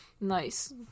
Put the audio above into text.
Nice